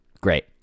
Great